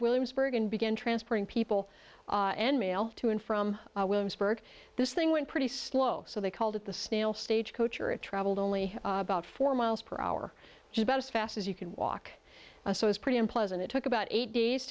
williamsburg and began transporting people and mail to and from williamsburg this thing went pretty slow so they called it the snail stagecoach or it traveled only about four miles per hour just about as fast as you can walk so it's pretty unpleasant it took about eight days